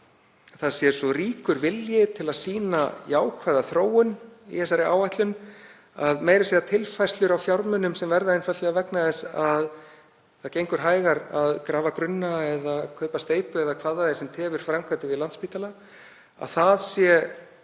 það sé svo ríkur vilji til að sýna jákvæða þróun í þessari áætlun að meira að segja tilfærslur á fjármunum, sem verða einfaldlega vegna þess að það gengur hægar að grafa grunna eða kaupa steypu eða hvað það er sem tefur framkvæmdir við Landspítala, séu